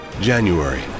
January